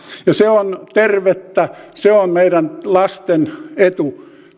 se on tervettä se on meidän lastemme etu